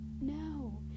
no